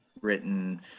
written